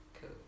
Cool